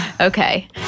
Okay